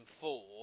four